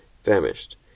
famished